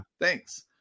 Thanks